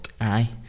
aye